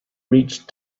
reach